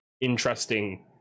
interesting